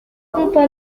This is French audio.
compas